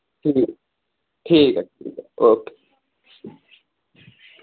ठीक ठीक ऐ ठीक ऐ ओके